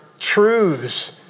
truths